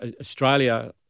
Australia